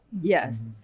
Yes